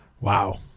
Wow